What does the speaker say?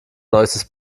neuestes